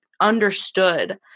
understood